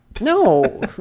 No